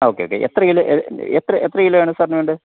ആ okay okay എത്ര kilo എത്ര എത്രകിലോയാണ് സാറിന് വേണ്ടത്